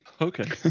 Okay